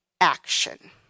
action